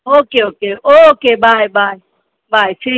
okay okay okay bye bye bye ठीक